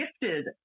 gifted